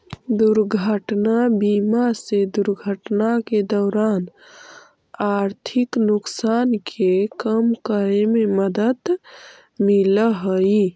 दुर्घटना बीमा से दुर्घटना के दौरान आर्थिक नुकसान के कम करे में मदद मिलऽ हई